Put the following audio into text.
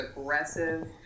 aggressive